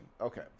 Okay